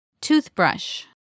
Toothbrush